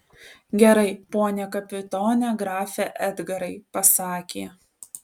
gerai pone kapitone grafe edgarai pasakė